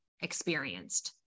experienced